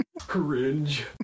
Cringe